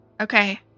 Okay